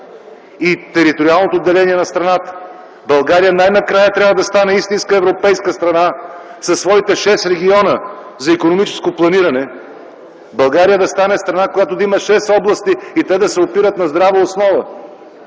и териториалното деление на страната – България най-накрая трябва да стане истинска европейска страна със своите шест региона за икономическо планиране. България да стане страна, която да има шест области и те да се опират на здрава основа.